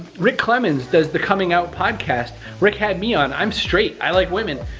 rick clemons does the coming out podcast. rick had me on. i'm straight, i like women.